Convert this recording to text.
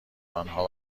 آنها